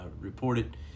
reported